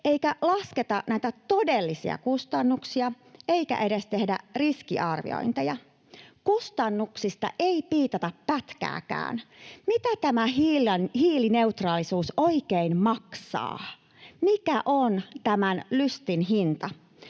eikä lasketa näitä todellisia kustannuksia eikä tehdä edes riskiarviointeja. Kustannuksista ei piitata pätkääkään. Mitä tämä hiilineutraalisuus oikein maksaa? Mikä on tämän lystin hinta?